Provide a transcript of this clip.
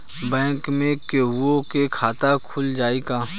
Bank में केहूओ के खाता खुल जाई का?